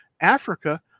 Africa